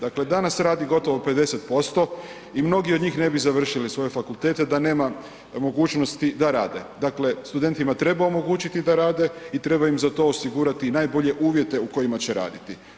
Dakle, danas radi gotovo 50% i mnogi od njih ne bi završili svoje fakultete da nema mogućnosti da rade, dakle studentima treba omogućiti da rade i treba im za to osigurati najbolje uvjete u kojima će raditi.